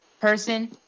person